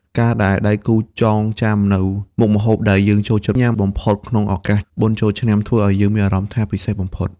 ការដែលដៃគូចងចាំនូវមុខម្ហូបដែលយើងចូលចិត្តញ៉ាំបំផុតក្នុងឱកាសបុណ្យចូលឆ្នាំ ធ្វើឱ្យយើងមានអារម្មណ៍ថាពិសេសបំផុត។